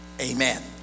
amen